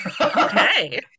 Okay